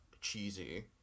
cheesy